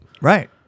Right